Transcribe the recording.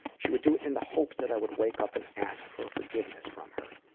she would do it in the hopes that i would wake up and ask for forgiveness from her.